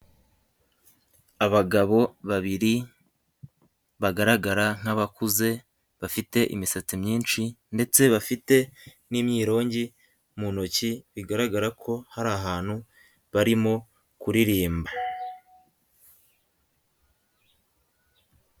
Abagabo ba biri bagaragara nk'abakuze, bafite imisatsi myinshi ndetse bafite n'imyirongi mu ntoki bigaragara ko hari ahantu barimo kuririmba.